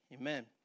Amen